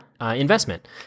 investment